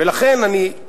ולכן אני,